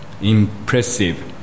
impressive